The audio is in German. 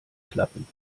klappen